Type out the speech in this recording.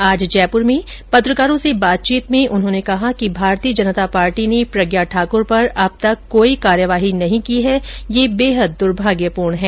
आज जयपुर में पत्रकारों से बातचीत में उन्होंने कहा कि भारतीय जनता पार्टी ने प्रज्ञा ठाक्र पर अब तक कोई कार्यवाही नहीं की यह बेहद द्र्भाग्यपूर्ण है